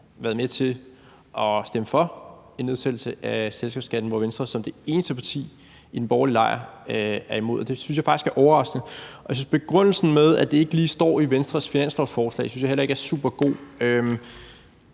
været med til at stemme for en nedsættelse af selskabsskatten. Venstre er som det eneste parti i den borgerlige lejr imod det. Det synes jeg faktisk er overraskende. Jeg synes heller ikke, at begrundelsen med, at det ikke lige står i Venstres finanslovsforslag, er super god.